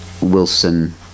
Wilson